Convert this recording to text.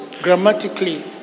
grammatically